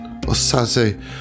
Osaze